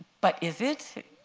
but is it?